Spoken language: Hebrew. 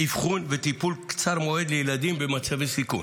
אבחון וטיפול קצר מועד לילדים במצבי סיכון.